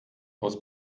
aus